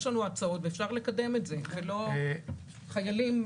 יש לנו הצעות ואפשר לקדם את זה ולא להעביר חיילים